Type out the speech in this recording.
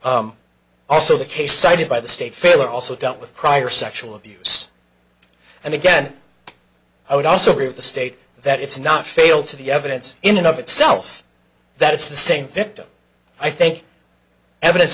also the case cited by the state failure also dealt with prior sexual abuse and again i would also be of the state that it's not failed to the evidence in and of itself that it's the same victim i think evidence